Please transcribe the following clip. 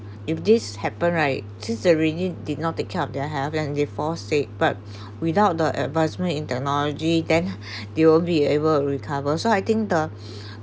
if this happen right just they really did not take care of their health and their forsake but without the advancement in technology then they will be able to recover so I think the